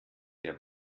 der